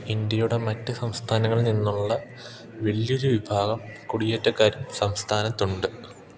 ഇന്ത്യയുടെ മറ്റ് സംസ്ഥാനങ്ങളിൽ നിന്നുള്ള വലിയ ഒരു വിഭാഗം കുടിയേറ്റക്കാരും സംസ്ഥാനത്തുണ്ട്